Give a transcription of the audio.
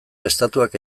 estatuak